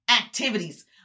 activities